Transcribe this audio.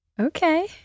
Okay